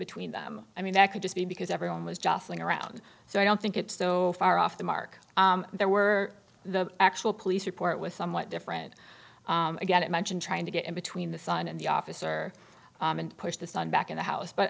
between them i mean that could just be because everyone was jostling around so i don't think it's so far off the mark there were the actual police report was somewhat different again it mentioned trying to get in between the son and the officer and push the son back in the house but